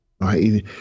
right